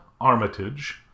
Armitage